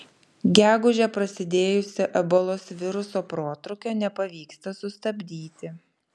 gegužę prasidėjusio ebolos viruso protrūkio nepavyksta sustabdyti